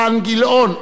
אילן גילאון,